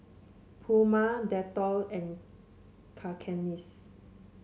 Puma Dettol and Cakenis